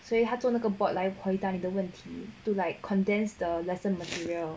所以他做那个 bot 来回答你的问题 to like condense the lesson material